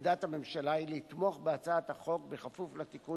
עמדת הממשלה היא לתמוך בהצעת החוק בכפוף לתיקון